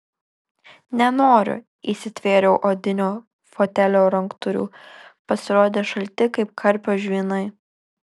nenoriu įsitvėriau odinio fotelio ranktūrių pasirodė šalti kaip karpio žvynai